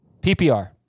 PPR